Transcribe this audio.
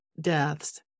deaths